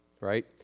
Right